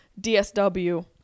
DSW